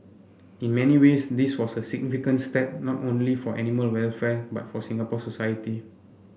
in many ways this was a significant step not only for animal welfare but for Singapore society